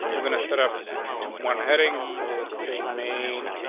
we're gonna set up, i don't know, one heading. so it's a main